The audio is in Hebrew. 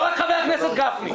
לא רק חבר הכנסת גפני,